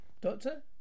Doctor